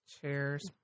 Cheers